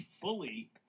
fully